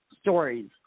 Stories